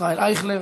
ישראל אייכלר.